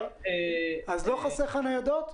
אז לא חסרות לך ניידות?